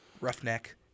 Roughneck